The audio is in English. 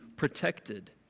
protected